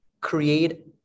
create